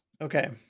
Okay